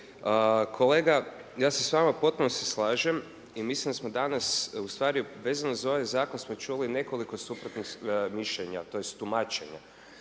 Kolega ja se s vama u potpunosti slažem i mislim da smo danas ustvari vezano za ovaj zakon smo čuli nekoliko suprotnih mišljenja, tj. tumačenja.